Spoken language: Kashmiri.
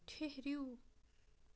ٹھہرِو